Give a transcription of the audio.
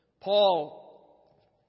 Paul